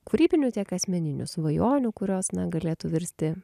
kūrybinių tiek asmeninių svajonių kurios na galėtų virsti